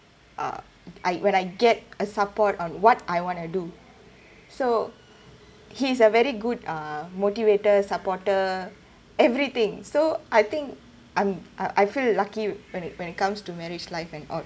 uh I when I get a support on what I want to do so he's a very good uh motivator supporter everything so I think I'm uh I feel lucky when it when it comes to marriage life and all